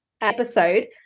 episode